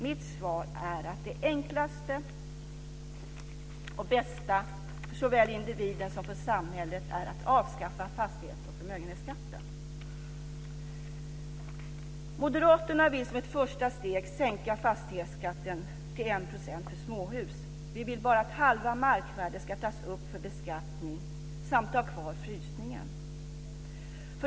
Mitt svar är att det enklaste och bästa för såväl individen som för samhället är att avskaffa fastighets och förmögenhetsskatterna. Moderaterna vill som ett första steg sänka fastighetsskatten till 1 % för småhus. Vi vill att bara halva markvärdet ska tas upp till beskattning samt ha kvar frysningen.